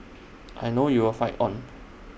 I know you'll fight on